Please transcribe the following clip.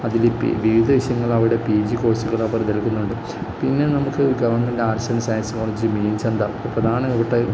അതില് വിവിധ വിഷയങ്ങൾ അവിടെ പി ജി കോഴ്സുകുകൾ ക്കുന്നുണ്ട് പിന്നെ നമുക്ക് government arts and science college Meenchanda എന്താണ് ഇപ്പോഴതാണ് ഇവിടെ